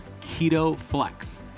KetoFlex